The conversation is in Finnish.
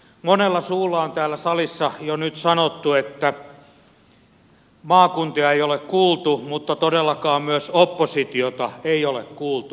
monella suulla on täällä salissa jo nyt sanottu että maakuntia ei ole kuultu mutta todellakaan myöskään oppositiota ei ole kuultu